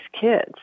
kids